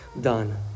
done